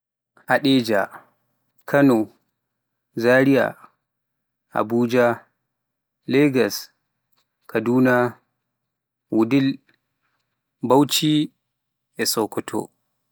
Hadejia, Kano, Zaria, Abuja Legas, Kaduna, Wudil, Bauchi e Sokoto